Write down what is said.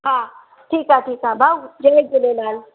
हा ठीकु आहे ठीकु आहे भाऊ जय झुलेलाल